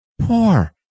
Poor